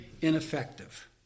ineffective